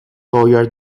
lawyer